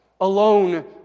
alone